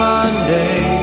Monday